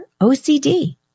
OCD